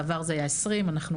בעבר זה היה כ-20 אנשים בקבוצה,